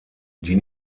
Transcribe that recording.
die